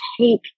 take